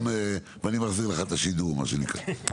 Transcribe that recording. ואני מחזיר לך את השידור מה שנקרא.